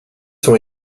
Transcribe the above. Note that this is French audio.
sont